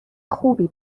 خوبی